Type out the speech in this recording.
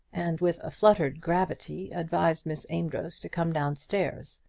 and with a fluttered gravity advised miss amedroz to come down-stairs.